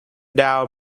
down